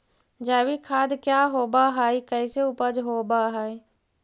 जैविक खाद क्या होब हाय कैसे उपज हो ब्हाय?